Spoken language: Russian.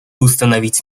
установить